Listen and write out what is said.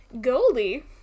Goldie